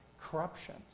corruption